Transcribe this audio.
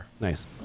Nice